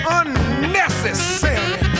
unnecessary